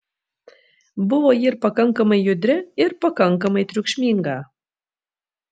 buvo ji ir pakankamai judri ir pakankamai triukšminga